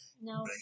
No